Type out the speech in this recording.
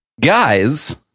guys